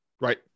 right